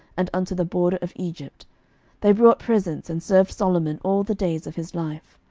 and unto the border of egypt they brought presents, and served solomon all the days of his life.